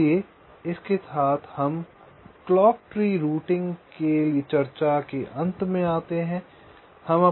इसलिए इसके साथ हम क्लॉक ट्री रूटिंग पर एक चर्चा के अंत में आते हैं